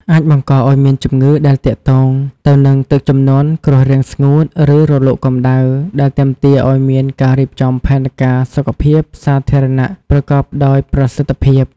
អាចបង្កឱ្យមានជំងឺដែលទាក់ទងទៅនឹងទឹកជំនន់ គ្រោះរាំងស្ងួត ឬរលកកម្តៅ ដែលទាមទារឱ្យមានការរៀបចំផែនការសុខភាពសាធារណៈប្រកបដោយប្រសិទ្ធភាព។